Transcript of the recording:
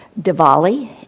Diwali